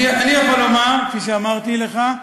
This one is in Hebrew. אני יכול לומר, כפי שאמרתי לך,